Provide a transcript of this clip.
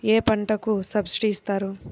ఏ పంటకు సబ్సిడీ ఇస్తారు?